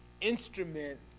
instrument